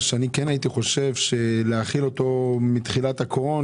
אני כן הייתי חושב שצריך להחיל אותו מתחילת הקורונה,